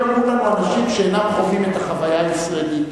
אנשים שאינם חווים את החוויה הישראלית